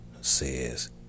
says